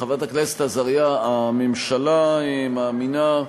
חברת הכנסת עזריה, הממשלה מאמינה,